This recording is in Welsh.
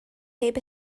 heb